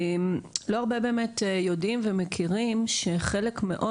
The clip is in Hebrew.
לא הרבה באמת יודעים ומכירים שחלק מאוד